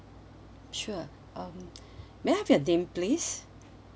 sure um may I have your name please